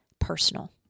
personal